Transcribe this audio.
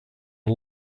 are